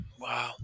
Wow